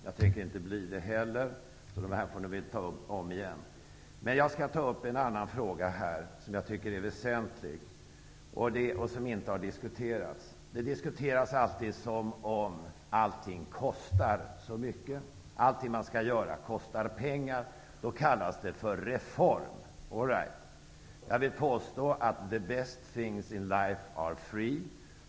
Jag tänker inte bli det, så ni får väl ta upp detta omigen. Jag skall ta upp en fråga som är väsentlig, som inte har diskuterats här. I debatterna verkar det alltid som om allting kostar så mycket. Allting man skall göra kostar pengar. Då kallas det för reform. Allright! Jag vill påstå att ''the best things in life are free''.